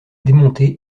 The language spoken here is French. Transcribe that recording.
démonté